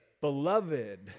Beloved